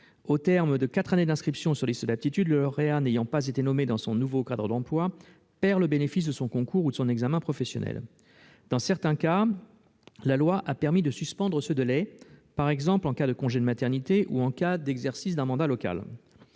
Au terme de ces quatre années d'inscription sur liste d'aptitude, le lauréat n'ayant pas été nommé dans son nouveau cadre d'emplois perd le bénéfice de son concours ou de son examen professionnel. Dans certains cas, la loi a permis de suspendre ce délai, par exemple en cas de congé de maternité ou d'exercice d'un mandat local.